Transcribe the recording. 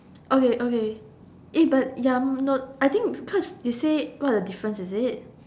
okay okay eh but ya no I think because they say what's the difference is it